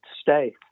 stay